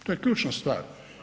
To je ključna stvar.